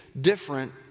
different